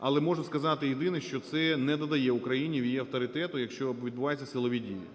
але можу сказати єдине, що це не додає Україні її авторитету, якщо відбуваються силові дії.